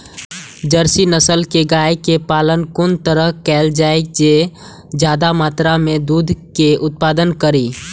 Jersey नस्ल के गाय के पालन कोन तरह कायल जाय जे ज्यादा मात्रा में दूध के उत्पादन करी?